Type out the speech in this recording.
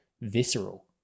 visceral